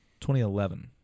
2011